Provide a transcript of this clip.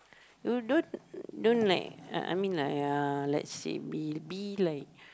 you don't don't like uh I mean like uh let's say be be like